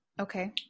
Okay